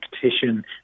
petition